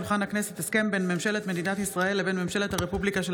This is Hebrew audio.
הסכם בין ממשלת מדינת ישראל לבין ממשלת הרפובליקה של